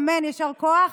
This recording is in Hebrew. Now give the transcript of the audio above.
אמן, יישר כוח.